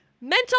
mental